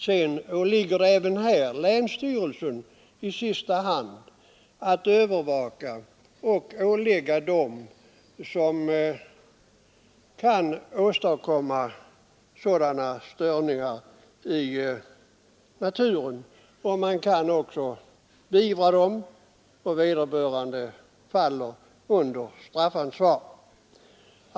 Sedan åligger det i sista hand länsstyrelsen att övervaka lagens efterlevnad.